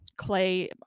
clay